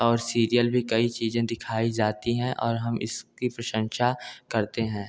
और सीरियल भी कई चीज़ें दिखाई जाती हैं और हम इसकी प्रशंसा करते हैं